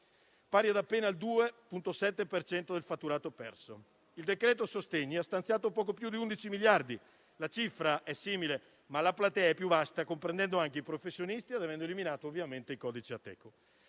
pari ad appena il 2,7 per cento del fatturato perso. Il decreto-legge sostegni ha stanziato poco più di 11 miliardi di euro: la cifra è simile, ma la platea è più vasta, comprendendo anche i professionisti ed avendo eliminato ovviamente i codici Ateco.